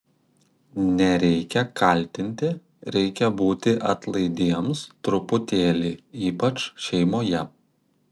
nereikia kaltinti reikia būti atlaidiems truputėlį ypač šeimoje